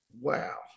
Wow